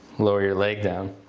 lower your leg down.